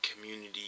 community